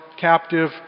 captive